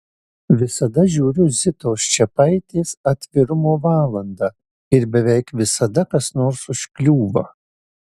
visada žiūriu zitos čepaitės atvirumo valandą ir beveik visada kas nors užkliūva